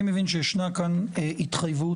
אני מבין שישנה כאן התחייבות